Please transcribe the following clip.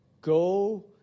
Go